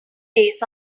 days